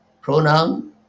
pronoun